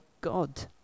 God